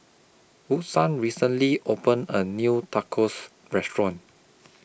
Woodson recently opened A New Tacos Restaurant